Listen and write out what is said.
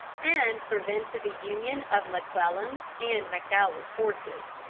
and prevented the union of mcclellan's and mcdowell's forces.